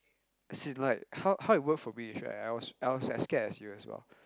as in like how how it work for me is right I was I was as scared as you as well